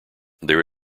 there